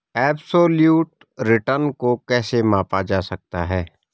Absolute return को कैसे मापा जा सकता है?